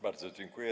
Bardzo dziękuję.